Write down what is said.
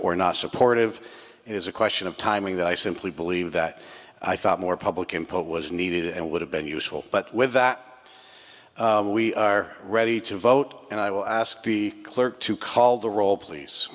or not supportive it is a question of timing that i simply believe that i thought more public input was needed and would have been useful but with that we are ready to vote and i will ask the clerk to call the roll please